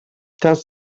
des